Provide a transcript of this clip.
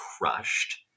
crushed